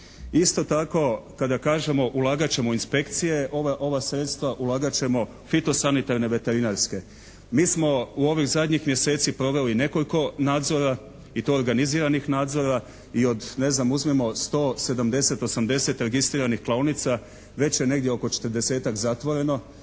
Isto tako kada kažemo ulagat ćemo u inspekcije, ova sredstva ulagat ćemo fitosanitarne, veterinarske. Mi smo u ovih zadnjih mjeseci proveli nekoliko nadzora i to organiziranih nadzora i od ne znam uzmimo 170, 180 registriranih klaonica već je negdje oko 40.-tak zatvoreno,